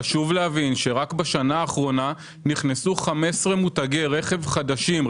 חשוב להבין שרק בשנה האחרונה נכנסו 15 מותגי רכב חדשים,